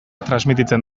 transmititzen